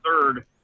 third